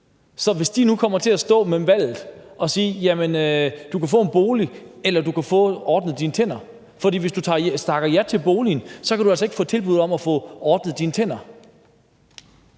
Så hvis de nu kommer til at stå med valget mellem at sige, at du kan få en bolig eller du kan få ordnet tænder – for hvis du takker ja til boligen, kan du altså ikke få et tilbud om at få ordnet dine tænder